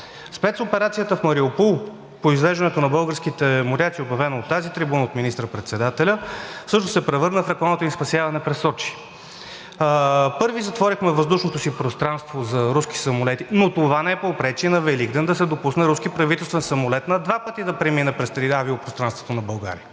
спецоперацията в Мариопул по извеждането на българските моряци, обявена от тази трибуна от министър-председателя, която всъщност се превърна в рекламното им спасяване през Сочи; първи затворихме въздушното си пространство за руски самолети, но това не попречи на Великден да се допусне руски правителствен самолет на два пъти да премине през авиопространството на България.